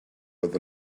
oedd